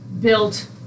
built